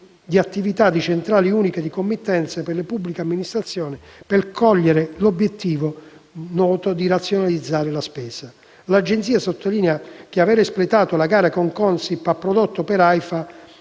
attività di centrale di committenza per le pubbliche amministrazioni per cogliere l'obiettivo di razionalizzare la spesa. L'Agenzia sottolinea che aver espletato la gara con la Consip SpA ha prodotto, per